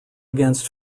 against